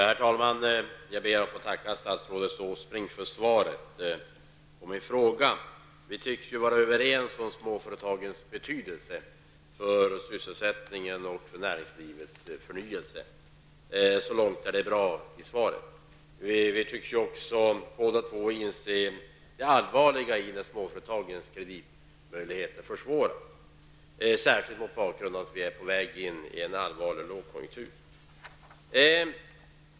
Herr talman! Jag ber att få tacka statsrådet Åsbrink för svaret på min fråga. Vi tycks vara överens om småföretagens betydelse för sysselsättningen och näringslivets förnyelse. Så långt är svaret bra. Vi tycks också båda två inse det allvarliga i att småföretagens kreditmöjligheter försämras, särskilt mot bakgrund av att vi är på väg in i en allvarlig lågkonjunktur.